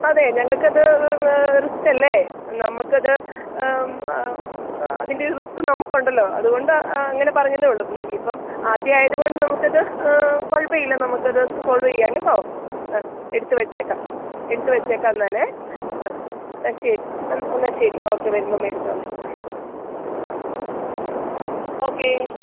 അതേ ഞങ്ങക്കത് റിസ്ക്കല്ലേ നമുക്കത് അതിന്റെ ഒരു റിസ്ക് നമുക്കുണ്ടല്ലോ അതുകൊണ്ടാണ് അങ്ങനെ പറഞ്ഞെന്നെ ഉള്ളൂ ഇപ്പോള് ഇപ്പോള് ആദ്യമായതുകൊണ്ട് നമുക്കത് കുഴപ്പമില്ല നമ്മള്ക്കത് സോള്വ് ചെയ്യാം കേട്ടോ ആ എടുത്തുവച്ചേക്കാം എടുത്തുവച്ചേക്കാം എന്നാലെ ആ ആ ശരി എന്നാല് ശരി ഓക്കെ വരുമ്പോള് മേടിച്ചോളേ ആ ഓക്കെ